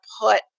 put